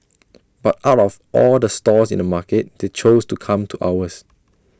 but out of all the stalls in the market they chose to come to ours